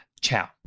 ciao